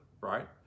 right